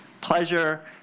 pleasure